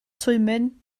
twymyn